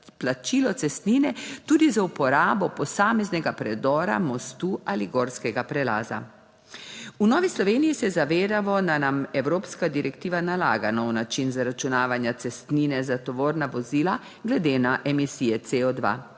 plačilo cestnine tudi za uporabo posameznega predora, mostu ali gorskega prelaza. V Novi Sloveniji se zavedamo, da nam evropska direktiva nalaga nov način zaračunavanja cestnine za tovorna vozila glede na emisije CO2.